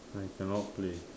I cannot play